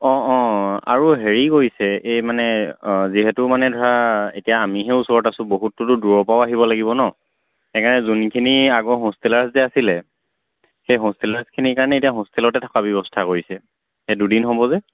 অঁ অঁ আৰু হেৰি কৰিছে এই মানে যিহেতু মানে ধৰা এতিয়া আমিহে ওচৰত আছো বহুতটোতো দূৰৰপৰাও আহিব লাগিব ন সেইকাৰণে যোনখিনি আগৰ হোষ্টেলাৰছ যে আছিলে সেই হোষ্টেলাৰছখিনিৰ কাৰণে এতিয়া হোষ্টেলতে থকা ব্যৱস্থা কৰিছে সেই দুদিন হ'ব যে